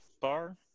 bar